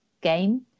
game